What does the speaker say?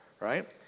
right